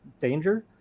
danger